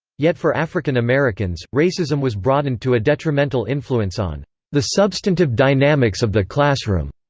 yet for african americans, racism was broadened to a detrimental influence on the substantive dynamics of the classroom.